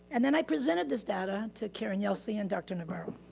and then i presented this data to karen yelsey and dr. navarro.